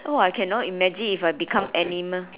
oh I cannot imagine if I become animal